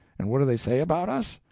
and what do they say about us?